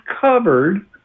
covered